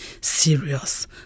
serious